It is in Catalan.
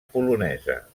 polonesa